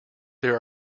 there